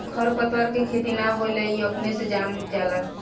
खर पतवार के खेती ना होला ई अपने से जाम जाला